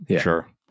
sure